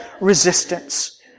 resistance